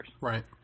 Right